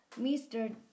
Mr